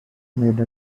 made